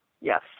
yes